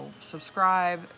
subscribe